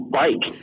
bike